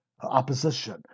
opposition